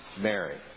Mary